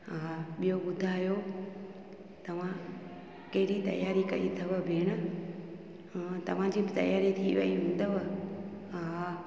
हा हा ॿियो ॿुधायो तव्हां कहिड़ी तयारी कई अथव भेण हा तव्हांजी तयारी थी वई हूंदव हा